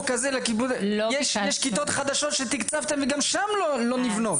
כזה יש כיתות חדשות שתקצבתם וגם שם לא נבנות.